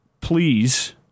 please